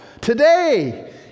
today